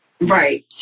Right